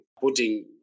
putting